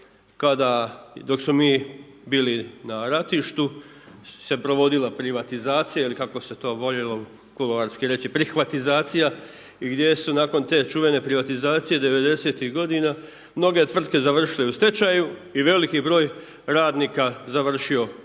dok smo mi bili na ratištu, se provodila privatizacija ili kako se to voljelo reći kuloarski prihvatizacija i gdje su nakon te čuvene privatizacije 90-tih godina mnoge tvrtke završile u stečaju i veli broj radnika završio ili